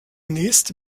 nächste